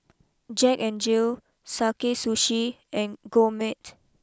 Jack N Jill Sakae Sushi and Gourmet